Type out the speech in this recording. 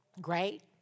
great